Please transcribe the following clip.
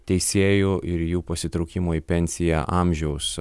teisėjų ir jų pasitraukimo į pensiją amžiaus